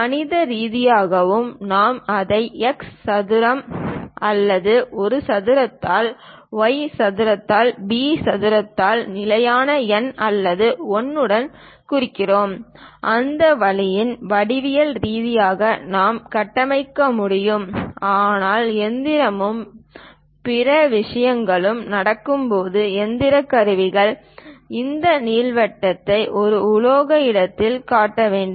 கணித ரீதியாகவும் நாம் அதை x சதுரத்தால் ஒரு சதுரத்தால் y சதுரத்தால் b சதுரத்தால் நிலையான எண் அல்லது 1 உடன் குறிக்கலாம் அந்த வழியில் வடிவியல் ரீதியாக நாம் கட்டமைக்க முடியும் ஆனால் எந்திரமும் பிற விஷயங்களும் நடக்கும்போது இயந்திர கருவிகள் இந்த நீள்வட்டத்தை ஒரு உலோக இடத்தில் கட்ட வேண்டும்